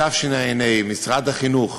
בתשע"ה משרד החינוך